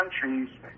countries